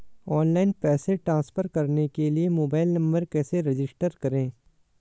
Online पैसे transfer करने के लिए मोबाइल नंबर कैसे रजिस्टर करें?